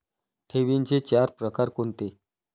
ठेवींचे चार प्रकार कोणते?